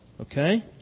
Okay